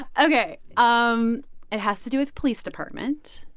ok. um it has to do with police department.